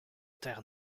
terre